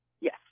Yes